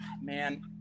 Man